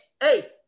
Hey